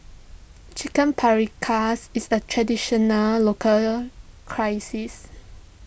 Chicken Paprikas is a traditional local crisis